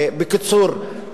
בקיצור,